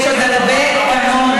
יש עוד הרבה כמונו.